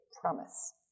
promise